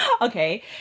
Okay